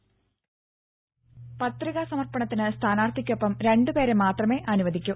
ദേദ പത്രികാ സമർപ്പണത്തിന് സ്ഥാനാർത്ഥിക്കൊപ്പം രണ്ടു പേരെ മാത്രമേ അനുവദിക്കൂ